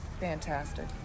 fantastic